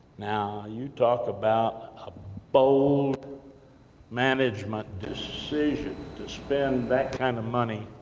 now you talk about a bold management decision, to spend that kind of money,